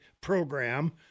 program